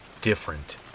different